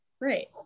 Great